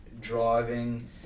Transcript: driving